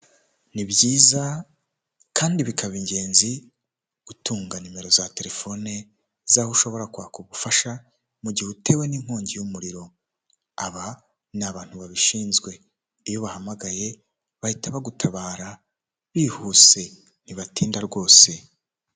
Ni byiza kandi bikaba ingenzi gutunga nimero za telefone z'aho ushobora kwaka ubufasha mu gihe utewe n'inkongi y'umuriro, aba ni abantu babishinzwe iyo ubahamagaye bahita bagutabara bihuse ntibatinda rwose.